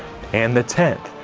and the tenth,